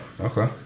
Okay